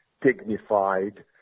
dignified